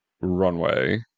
runway